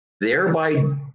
thereby